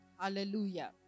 Hallelujah